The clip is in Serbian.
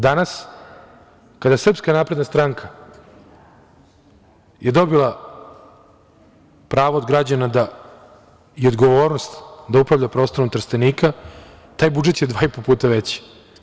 Danas, kada SNS je dobila pravo od građana i odgovornost da upravlja prostorom Trstenika, taj budžet je dva i po puta veći.